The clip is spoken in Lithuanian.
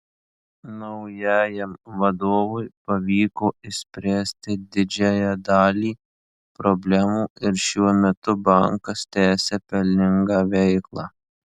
naujajam vadovui pavyko išspręsti didžiąją dalį problemų ir šiuo metu bankas tęsią pelningą veiklą